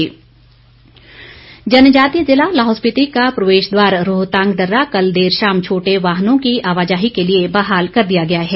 रोहतांग दर्रा जनजातीय ज़िला लाहौल स्पिति का प्रवेश द्वार रोहतांग दर्रा कल देर शाम छोटे वाहनों की आवाजाही के लिए बहाल कर दिया गया है